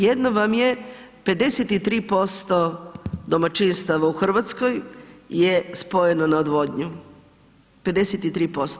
Jedno vam je 53% domaćinstava u Hrvatskoj je spojeno na odvodnju, 53%